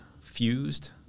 fused